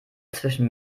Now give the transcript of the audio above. zwischen